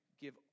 give